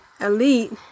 Elite